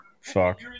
Fuck